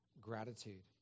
gratitude